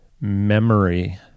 memory